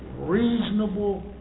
reasonable